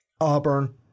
Auburn